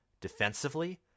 defensively